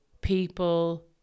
people